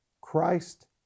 Christ